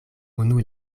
unu